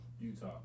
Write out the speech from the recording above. Utah